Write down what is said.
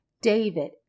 David